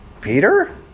Peter